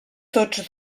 tots